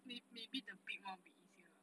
may~ maybe the big one will be easier